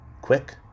quick